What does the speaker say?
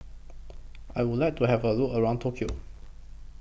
I Would like to Have A Look around Tokyo